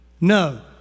no